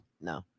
no